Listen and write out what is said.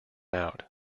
out